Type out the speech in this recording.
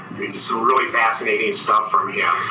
some really fascinating stuff from yeah